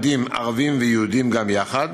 ערבים ויהודים גם יחד,